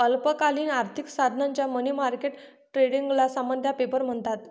अल्पकालीन आर्थिक साधनांच्या मनी मार्केट ट्रेडिंगला सामान्यतः पेपर म्हणतात